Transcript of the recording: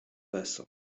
vessel